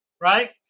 right